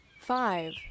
Five